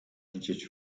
widzieć